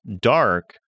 Dark